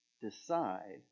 decide